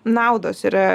naudos yra